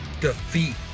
defeat